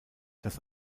das